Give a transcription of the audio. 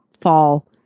fall